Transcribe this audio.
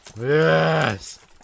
Yes